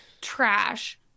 trash